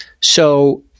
So-